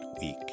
week